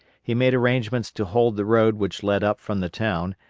he made arrangements to hold the road which led up from the town,